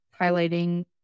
highlighting